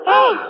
Hey